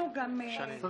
אני מאוד מודה לך.